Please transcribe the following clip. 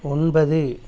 ஒன்பது